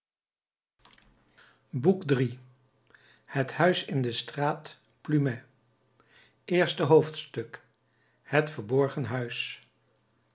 boek iii het huis in de straat plumet i het verborgen huis